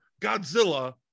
Godzilla